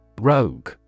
Rogue